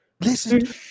Listen